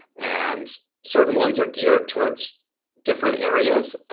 and certain ones are geared towards different areas.